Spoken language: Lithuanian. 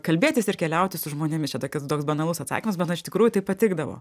kalbėtis ir keliauti su žmonėmis čia tokia toks banalus atsakymas bet nu iš tikrųjų tai patikdavo